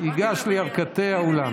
ייגש לירכתי האולם,